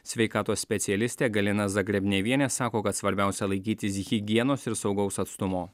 sveikatos specialistė galina zagrebnevienė sako kad svarbiausia laikytis higienos ir saugaus atstumo